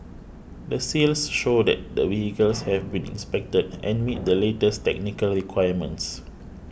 the seals show that the vehicles have been inspected and meet the latest technical requirements